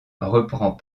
reprend